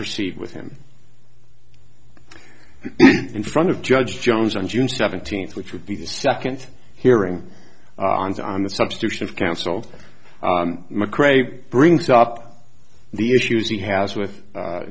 proceed with him in front of judge jones on june seventeenth which would be the second hearing arms on the substitution of counsel mcrae brings up the issues he has with